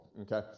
okay